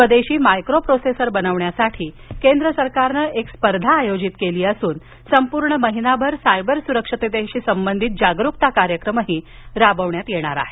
स्वदेशी मायक्रोप्रोसेसर बनविण्यासाठ्गी केंद्र सरकारनं स्पर्धा आयोजित केली असून संपूर्ण महिनाभर सायबर सुरक्षिततेशी संबंधित जागरुकता कार्यक्रम राबविण्यात येणार आहेत